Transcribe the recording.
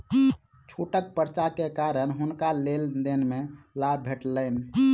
छूटक पर्चा के कारण हुनका लेन देन में लाभ भेटलैन